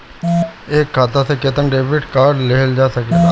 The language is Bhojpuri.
एक खाता से केतना डेबिट कार्ड लेहल जा सकेला?